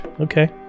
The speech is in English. Okay